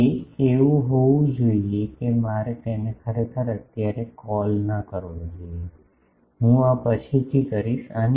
તે એવું હોવું જોઈએ કે મારે તેને ખરેખર અત્યારે કોલ ના કરવો જોઈએ આ હું પછીથી કરીશ અને